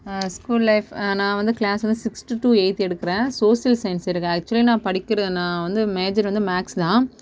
school life நான் வந்து class வந்து சிக்ஸ்த்து டூ எயித்து எடுக்கிறேன் சோசியல் சயின்ஸ் எடுக்கிறேன் ஆக்சுவலி நான் படிக்கிற நான் வந்து மேஜர் வந்து மேத்ஸ்தான்